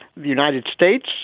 the united states